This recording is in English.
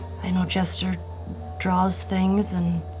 i know jester draws things and